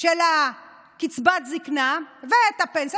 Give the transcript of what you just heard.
של קצבת הזקנה ואת הפנסיה,